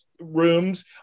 rooms